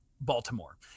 Baltimore